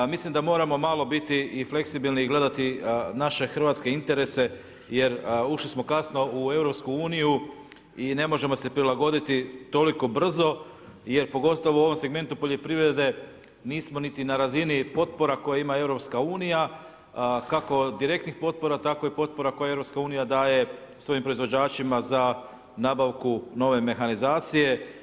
Mislim da moramo malo biti i fleksibilni i gledati naše hrvatske interese jer ušli smo kasno u EU i ne možemo se prilagoditi toliko brzo jer pogotovo u ovom segmentu poljoprivrede nismo niti na razini potpora koje ima EU kako direktnih potpora tako i potpora koje EU daje svojim proizvođačima za nabavku nove mehanizacije.